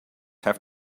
have